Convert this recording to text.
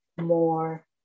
more